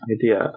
idea